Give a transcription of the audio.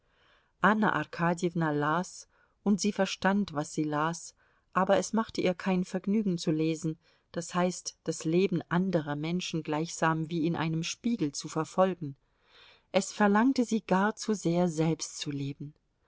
anna arkadjewna las und sie verstand was sie las aber es machte ihr kein vergnügen zu lesen das heißt das leben anderer menschen gleichsam wie in einem spiegel zu verfolgen es verlangte sie gar zu sehr selbst zu leben